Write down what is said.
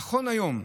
נכון להיום,